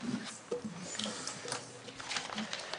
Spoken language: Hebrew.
הישיבה ננעלה בשעה 09:42.